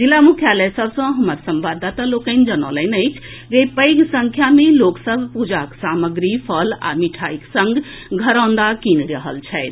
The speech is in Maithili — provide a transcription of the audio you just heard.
जिला मुख्यालय सभ सँ हमर संवाददाता लोकनि जनौलनि अछि जे पैघ संख्या मे लोक सभ पूजाक सामग्री फल आ मिठाई के संग घरौंदा कीनि रहल छथि